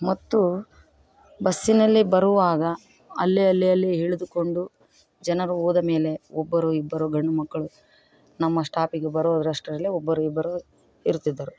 ಮತ್ತು ಬಸ್ಸಿನಲ್ಲಿ ಬರುವಾಗ ಅಲ್ಲಿ ಅಲ್ಲಿ ಅಲ್ಲಿ ಇಳಿದುಕೊಂಡು ಜನರು ಹೋದಮೇಲೆ ಒಬ್ಬರು ಇಬ್ಬರು ಗಂಡು ಮಕ್ಕಳು ನಮ್ಮ ಸ್ಟಾಪಿಗೆ ಬರುವಷ್ಟರಲ್ಲಿ ಒಬ್ಬರು ಇಬ್ಬರು ಇರುತ್ತಿದ್ದರು